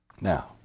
Now